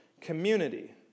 community